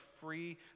free